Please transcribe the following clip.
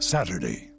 Saturday